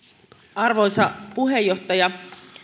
arvoisa puheenjohtaja